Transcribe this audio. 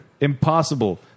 Impossible